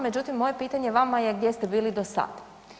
Međutim, moje pitanje vama je gdje ste bili do sad?